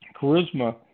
charisma